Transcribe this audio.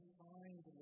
find